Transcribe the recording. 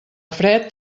fred